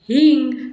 हिंग